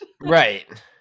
Right